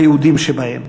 ליהודים שבהם.